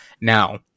Now